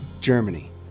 germany